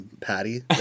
patty